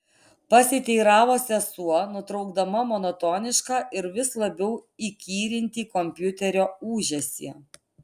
pasiteiravo sesuo nutraukdama monotonišką ir vis labiau įkyrintį kompiuterio ūžesį